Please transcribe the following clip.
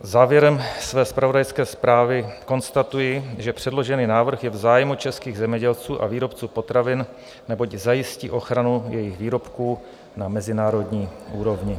Závěrem své zpravodajské zprávy konstatuji, že předložený návrh je v zájmu českých zemědělců a výrobců potravin, neboť zajistí ochranu jejich výrobků na mezinárodní úrovni.